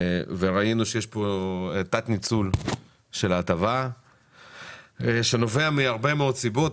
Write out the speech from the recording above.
ראינו שיש פה תת ניצול של ההטבה שנובע מהרבה מאוד סיבות.